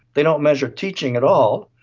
they don't measure teaching at all.